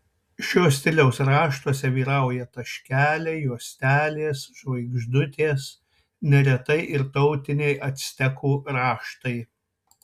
šio stiliaus raštuose vyrauja taškeliai juostelės žvaigždutės neretai ir tautiniai actekų raštai